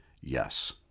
yes